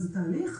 זה תהליך,